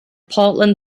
portland